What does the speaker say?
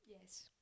Yes